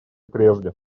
прежде